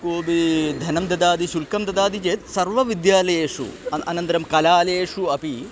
कोऽपि धनं ददाति शुल्कं ददाति चेत् सर्वविद्यालयेषु अन् अनन्दं कलालयेषु अपि